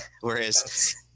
Whereas